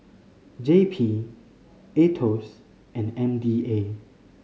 J P Aetos and M D A